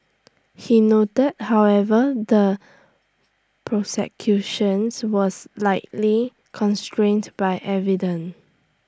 he noted however the prosecutions was likely constrained by